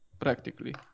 practically